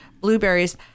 blueberries